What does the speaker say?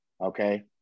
Okay